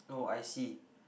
oh I see